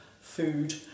food